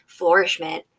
flourishment